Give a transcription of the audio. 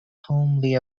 homely